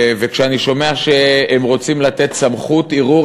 וכשאני שומע שהם רוצים לתת סמכות ערעור